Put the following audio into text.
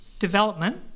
Development